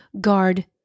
guard